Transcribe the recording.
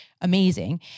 Amazing